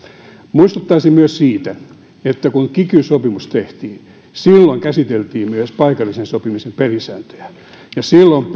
muistuttaisin myös siitä että kun kiky sopimus tehtiin niin silloin käsiteltiin myös paikallisen sopimisen pelisääntöjä ja silloin